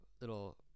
little